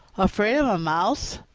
afraid of a mouse?